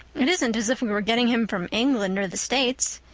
it isn't as if we were getting him from england or the states.